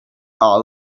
are